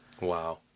Wow